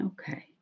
Okay